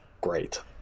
great